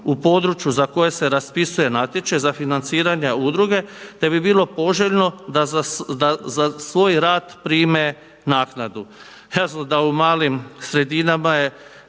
u području za koje se raspisuje natječaj za financiranje udruge, te bi bilo poželjno da svoj rad prime naknadu. Jasno da u malim sredinama je